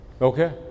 Okay